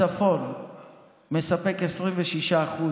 הצפון מספק 26%